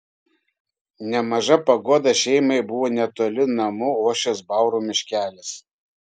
nemaža paguoda šeimai buvo netoli namų ošęs baurų miškelis